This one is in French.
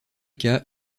cas